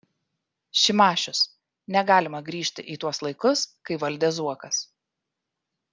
šimašius negalima grįžti į tuos laikus kai valdė zuokas